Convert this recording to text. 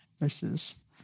versus